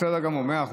בסדר גמור, מאה אחוז.